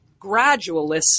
gradualist